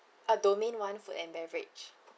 ah domain one food and beverage